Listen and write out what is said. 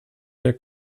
der